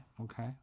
Okay